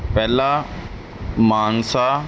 ਪਹਿਲਾ ਮਾਨਸਾ